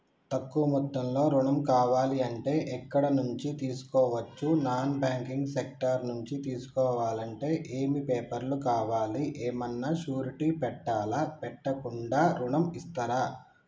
తక్కువ మొత్తంలో ఋణం కావాలి అంటే ఎక్కడి నుంచి తీసుకోవచ్చు? నాన్ బ్యాంకింగ్ సెక్టార్ నుంచి తీసుకోవాలంటే ఏమి పేపర్ లు కావాలి? ఏమన్నా షూరిటీ పెట్టాలా? పెట్టకుండా ఋణం ఇస్తరా?